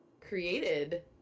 created